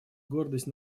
гордость